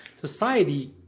society